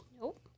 Nope